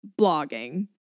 Blogging